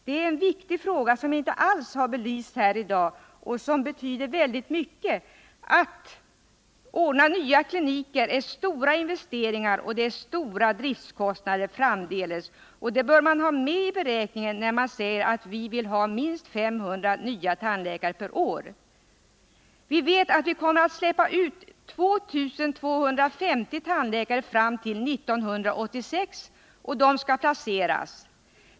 Det är en viktig fråga, som inte alls har belysts här i dag och som betyder väldigt mycket. Att ordna nya kliniker innebär stora investeringar och stora driftskostnader framdeles. Det bör man ha med i beräkningen när man säger att man vill ha minst 500 nya tandläkare om året. Vi vet att det kommer att släppas ut 2 250 tandläkare fram till 1986, och de skall placeras.